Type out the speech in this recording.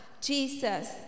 Jesus